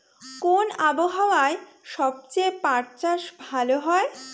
কোন আবহাওয়ায় সবচেয়ে পাট চাষ ভালো হয়?